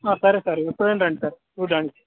సరే సార్ ఎప్పుడైనా రండి సార్ చూడానికి